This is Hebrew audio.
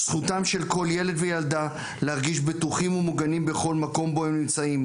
זכותם של כל ילד וילדה להרגיש בטוחים ומוגנים בכל מקום בו הם נמצאים.